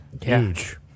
Huge